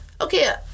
Okay